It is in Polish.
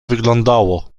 wyglądało